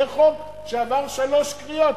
זה חוק שעבר שלוש קריאות.